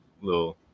Little